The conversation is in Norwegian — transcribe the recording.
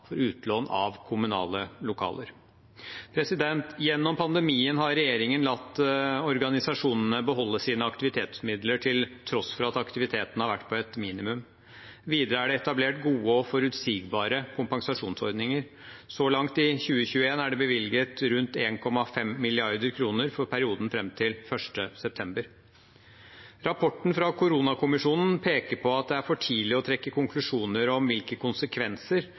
for utlån av kommunale lokaler. Gjennom pandemien har regjeringen latt organisasjonene beholde sine aktivitetsmidler til tross for at aktiviteten har vært på et minimum. Videre er det etablert gode og forutsigbare kompensasjonsordninger. Så langt i 2021 er det bevilget rundt 1,5 mrd. kr for perioden fram til 1. september. Rapporten fra koronakommisjonen peker på at det er for tidlig å trekke konklusjoner om hvilke konsekvenser